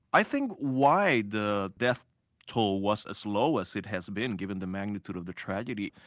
i think why the death toll was as low as it has been given the magnitude of the tragedy,